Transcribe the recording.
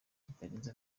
kitarenze